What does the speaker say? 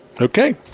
Okay